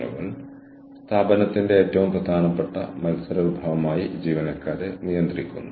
നിങ്ങൾക്ക് സ്വന്തമായി ഒന്നും ചെയ്യാൻ കഴിയാത്ത സാഹചര്യങ്ങളിലേക്കാണ് ലോകം നീങ്ങിക്കൊണ്ടിരിക്കുന്നത്